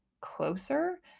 closer